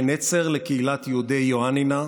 כנצר לקהילת יהודי יואַנִינַה,